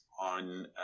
on